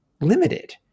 limited